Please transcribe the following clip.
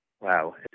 Wow